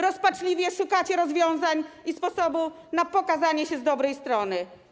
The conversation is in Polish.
Rozpaczliwie szukacie rozwiązań i sposobu na pokazanie się z dobrej strony.